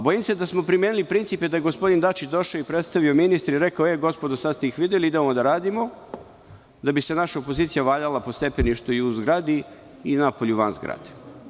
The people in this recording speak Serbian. Bojim se da smo primenili princip i da je gospodin Dačić došao i predstavio ministre i rekao – e, gospodo, sada ste ih videli, idemo da radimo, naša opozicija bi se valjala po stepeništu i u zgradi i napolju van zgrade.